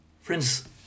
Friends